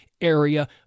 area